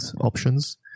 options